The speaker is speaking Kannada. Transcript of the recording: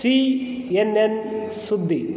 ಸಿ ಎನ್ ಎನ್ ಸುದ್ದಿ